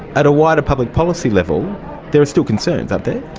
at a wider public policy level there are still concerns, aren't there.